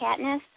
Katniss